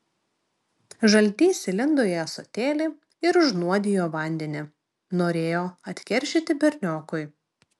žaltys įlindo į ąsotėlį ir užnuodijo vandenį norėjo atkeršyti berniokui